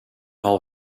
hall